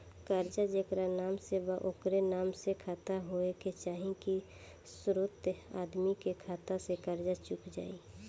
कर्जा जेकरा नाम से बा ओकरे नाम के खाता होए के चाही की दोस्रो आदमी के खाता से कर्जा चुक जाइ?